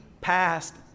passed